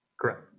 Correct